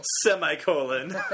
semicolon